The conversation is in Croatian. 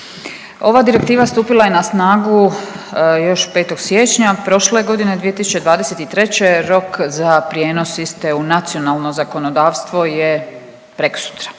Ova direktiva stupila je na snagu još 5. siječnja prošle godine 2023. rok za prijenos iste u nacionalno zakonodavstvo je preksutra